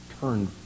turned